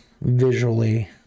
visually